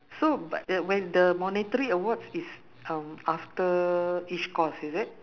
so bu~ uh when the monetary awards is um after each course is it